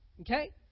Okay